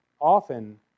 Often